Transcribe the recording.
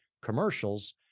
commercials